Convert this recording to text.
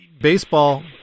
baseball